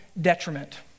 detriment